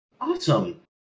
Awesome